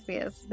yes